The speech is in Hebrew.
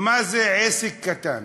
מה זה עסק קטן?